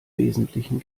wesentlichen